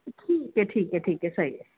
ٹھیک ہے ٹھیک ہے ٹھیک ہے صحیح ہے